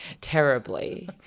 terribly